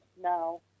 No